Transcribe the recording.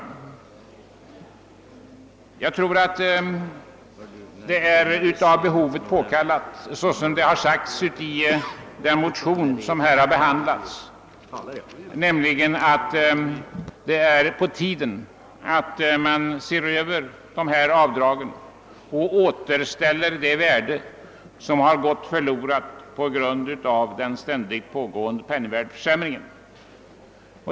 Jag tror att det är av behovet påkallat, såsom det har sagts i de motioner som har behandlats i detta utskottsbetänkande, att se över dessa avdrag för att återställa det värde som de har förlorat på grund av den ständigt pågåen de penningvärdeförsämringen.